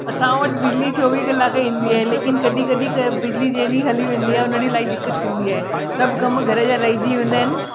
असां वटि बिजली चोवीह कलाक ईंदी आहे लेकिन कॾहिं कॾहिं क बिजिली जंहिं ॾींहुं हली वेंदी आहे उन ॾींहुं इलाही दिक़त थींदी आहे सभु कम घर जा रहिजी वेंदा आहिनि